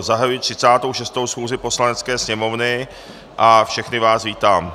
Zahajuji 36. schůzi Poslanecké sněmovny a všechny vás vítám.